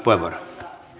puhemies